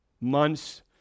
months